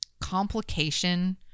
complication